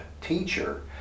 teacher